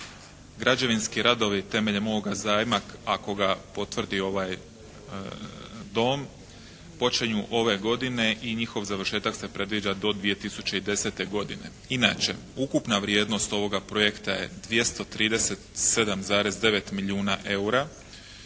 Građevinski radovi temeljem ovoga zajma ako ga potvrdi ovaj Dom počinju ove godine i njihov završetak se predviđa do 2010. godine. Inače, ukupna vrijednost ovoga projekta je 237,9 milijuna eura.